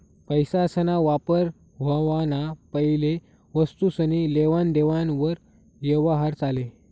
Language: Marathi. पैसासना वापर व्हवाना पैले वस्तुसनी लेवान देवान वर यवहार चाले